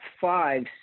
five